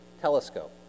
Telescope